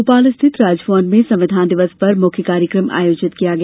भोपाल स्थित राजभवन में संविधान दिवस पर मुख्य कार्यक्रम आयोजित किया गया